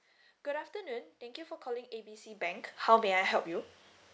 good afternoon thank you for calling A B C bank how may I help you